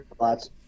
Lots